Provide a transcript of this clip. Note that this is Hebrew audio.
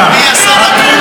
אדוני השר אקוניס,